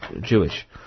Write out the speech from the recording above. Jewish